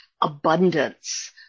abundance